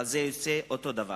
אבל זה יוצא אותו דבר.